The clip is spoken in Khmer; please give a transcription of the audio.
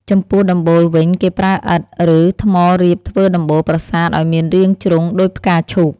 ចំពោះដំបូល វិញ គេប្រើឥដ្ឋ ឬថ្មរៀបធ្វើដំបូលប្រាសាទឱ្យមានរាងជ្រុងដូចផ្កាឈូក។